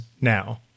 now